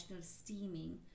steaming